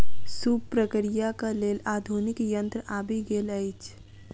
सूप प्रक्रियाक लेल आधुनिक यंत्र आबि गेल अछि